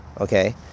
okay